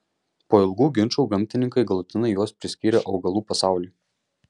po ilgų ginčų gamtininkai galutinai juos priskyrė augalų pasauliui